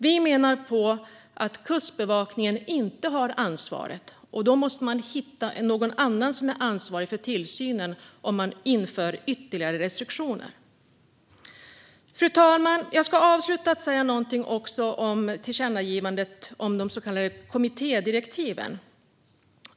Vi menar på att Kustbevakningen inte har ansvaret. Då måste man hitta någon annan som är ansvarig för tillsynen om man inför ytterligare restriktioner. Fru talman! Jag ska också säga något om tillkännagivandet om de så kallade kommittédirektiven.